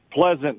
pleasant